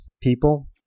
people